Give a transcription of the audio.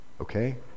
okay